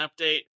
update